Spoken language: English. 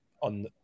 on